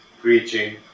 preaching